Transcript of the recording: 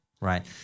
right